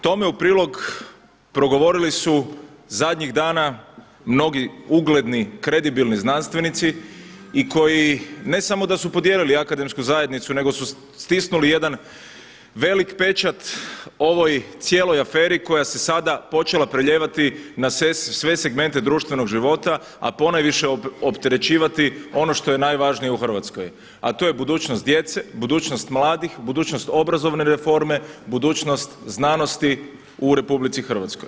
Tome u prilog progovorili su zadnjih dana mnogi ugledni kredibilni znanstvenici i koji ne samo da su podijelili akademsku zajednicu nego su stisnuli jedan velik pečat ovoj cijeloj aferi koja se sada počela prelijevati na sve segmente društvenog života, a ponajviše opterećivati ono što je najvažnije u Hrvatskoj, a to je budućnost djece, budućnost mladih, budućnih obrazovne reforme, budućnost znanosti u RH.